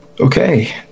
Okay